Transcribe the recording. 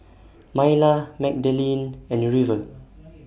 Myla Magdalene and River